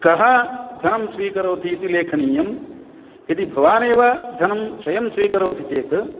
कः धनं स्वीकरोति इति लेखनीयं यदि भवान् एव धनं स्वयं स्वीकरोति चेत्